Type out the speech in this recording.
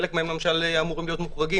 חלק מהם אמורים להיות מוחרגים.